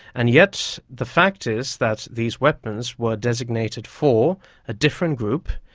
and yet the fact is that these weapons were designated for a different group,